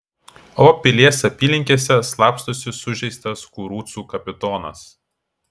o pilies apylinkėse slapstosi sužeistas kurucų kapitonas